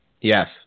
Yes